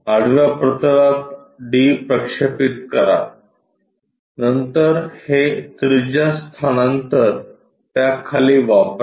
आडव्या प्रतलात D प्रक्षेपित करा नंतर हे त्रिज्या स्थानांतर त्या खाली वापरा